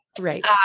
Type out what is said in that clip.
Right